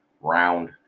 round